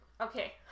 okay